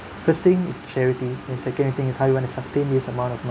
first thing is charity and second thing is how you want to sustain this amount of money